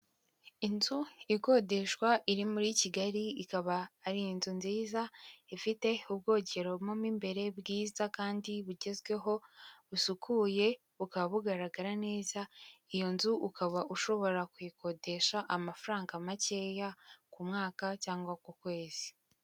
Inzu ikodeshwa iri muri kigali ikaba ari inzu nziza ifite ubwogero mo mu imbere bwiza kandi bugezweho busukuye, bukaba bugaragara neza iyo nzu ukaba ushobora kuyikodesha amafaranga makeya ku mwaka cyangwa ku kwezi.